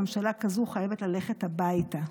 ממשלה כזאת חייבת ללכת הביתה.